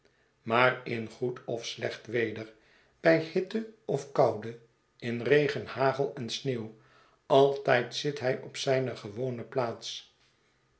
maar in goed of slecht weder bij hitte of koude in regen hagel en sneeuw altijd zit hij op zijne gewone plaats